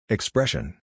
Expression